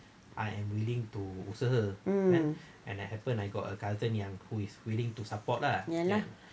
um ya lah